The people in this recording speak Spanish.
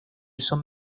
son